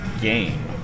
game